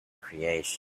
creation